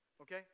Okay